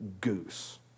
goose